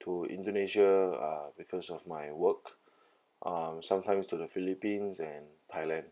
to indonesia uh because of my work um sometimes to the philippines and thailand